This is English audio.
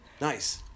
Nice